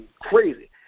crazy